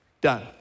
done